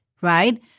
right